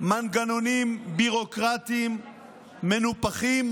מנגנונים ביורוקרטיים מנופחים,